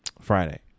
Friday